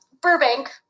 burbank